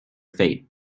faith